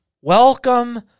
welcome